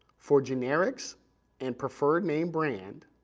for generics and preferred name brand,